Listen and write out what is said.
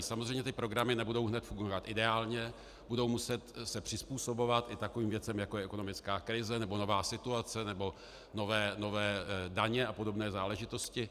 Samozřejmě ty programy nebudou hned fungovat ideálně, budou se muset přizpůsobovat i takovým věcem, jako je ekonomická krize nebo nová situace nebo nové daně a podobné záležitosti.